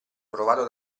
trovato